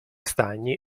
stagni